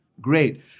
Great